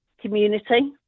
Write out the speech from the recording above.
community